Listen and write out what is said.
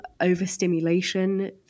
overstimulation